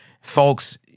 Folks